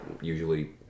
usually